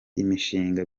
imishinga